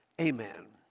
amen